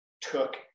took